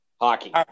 Hockey